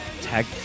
tag